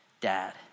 dad